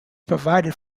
provided